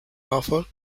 offer